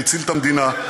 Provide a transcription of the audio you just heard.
שהציל את המדינה,